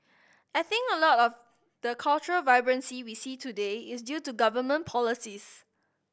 I think a lot of the cultural vibrancy we see today is due to government policies